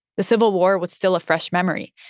the civil war was still a fresh memory,